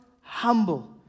humble